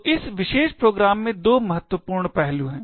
तो इस विशेष प्रोग्राम में दो महत्वपूर्ण पहलू हैं